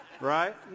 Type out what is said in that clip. Right